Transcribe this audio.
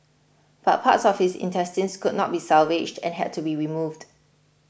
but parts of his intestines could not be salvaged and had to be removed